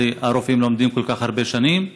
כשהרופאים לומדים כל כך הרבה שנים?